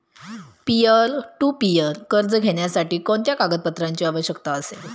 Peer to peer कर्ज घेण्यासाठी कोणत्या कागदपत्रांची आवश्यकता असेल?